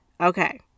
Okay